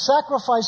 Sacrifice